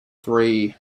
three